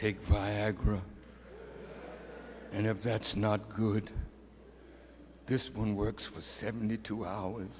take fiat group and if that's not good this one works for seventy two hours